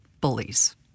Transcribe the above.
bullies